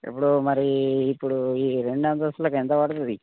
ఇప్పుడు మరి ఇప్పుడు ఈ రెండు అంతస్తులకి ఎంత పడుతుంది